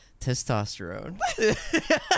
testosterone